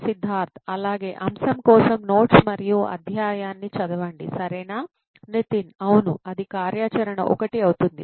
సిద్ధార్థ్ అలాగే అంశం కోసం నోట్స్ మరియు అధ్యాయాన్ని చదవండి సరేనా నితిన్ అవును అది కార్యాచరణ 1 అవుతుంది